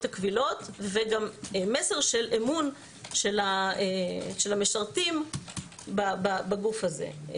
הקבילות וגם מסר של אמון של המשרתים בגוף הזה.